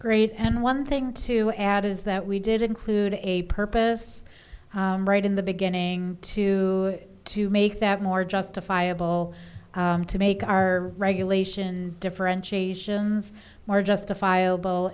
great and one thing to add is that we did include a purpose right in the beginning to to make that more justifiable to make our regulation differentiations more justifiable